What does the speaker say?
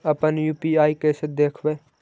अपन यु.पी.आई कैसे देखबै?